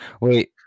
Wait